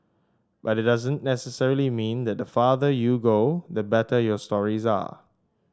but it doesn't necessarily mean that the farther you go the better your stories are